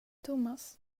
thomas